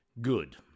Good